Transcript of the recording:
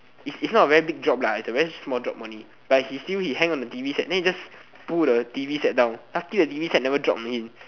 is is not a very big drop lah is a very small drop only but he still he hang on the t_v set the he just pull the t_v set down lucky the t_v set never drop on him